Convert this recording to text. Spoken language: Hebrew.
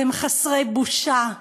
אתם חסרי בושה.